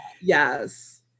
Yes